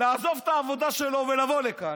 לעזוב את העבודה שלו ולבוא לכאן,